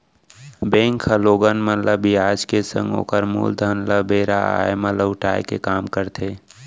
bank ह लोगन मन ल बियाज के संग ओकर मूलधन ल बेरा आय म लहुटाय के काम करथे